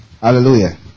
Hallelujah